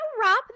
wrap